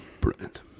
Brilliant